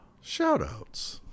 Shout-outs